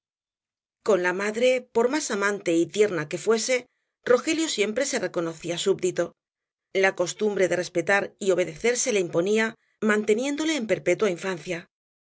con la madre por más amante y tierna que fuese rogelio siempre se reconocía súbdito la costumbre de respetar y obedecer se le imponía manteniéndole en perpetua infancia